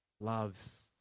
loves